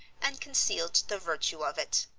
and concealed the virtue of it.